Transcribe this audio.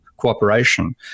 cooperation